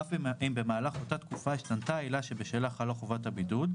אף אם במהלך אותה תקופה השתנתה העילה שבשלה חלה חובת הבידוד,